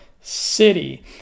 city